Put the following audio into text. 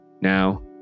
Now